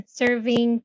serving